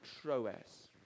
Troas